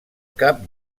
cap